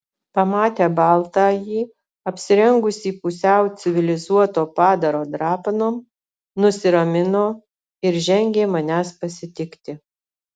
pamatę baltąjį apsirengusį pusiau civilizuoto padaro drapanom nusiramino ir žengė manęs pasitikti